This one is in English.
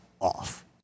off